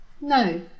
No